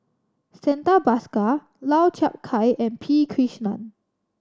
Santha Bhaskar Lau Chiap Khai and P Krishnan